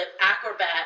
acrobat